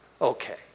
Okay